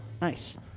Nice